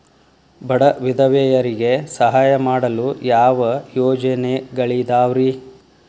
ಬಡ ವಿಧವೆಯರಿಗೆ ಸಹಾಯ ಮಾಡಲು ಯಾವ ಯೋಜನೆಗಳಿದಾವ್ರಿ?